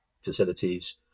facilities